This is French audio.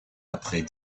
après